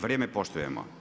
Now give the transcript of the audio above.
Vrijeme poštujemo.